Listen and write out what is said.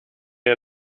ihr